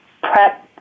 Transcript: prep